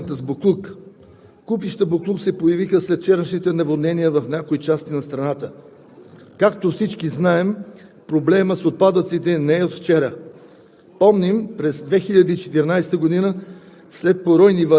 Господин Министър, от вчера България е зарината с боклук. Купища боклук се появиха след вчерашните наводнения в някои части на страната. Както всички знаем, проблемът с отпадъците не е от вчера.